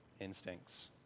instincts